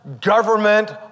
government